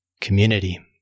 community